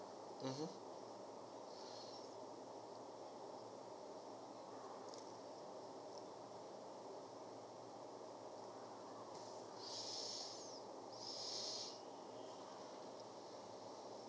mmhmm